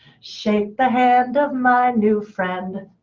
shake the hand of my new friend.